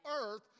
earth